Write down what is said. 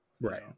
Right